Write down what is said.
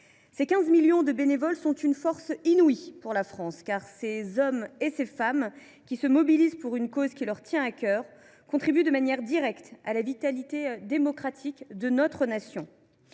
que compte notre pays. Il s’agit d’une force inouïe pour la France, car ces hommes et ces femmes qui se mobilisent pour une cause qui leur tient à cœur contribuent de manière directe à la vitalité démocratique de notre Nation.